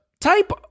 type